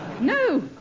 No